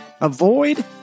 Avoid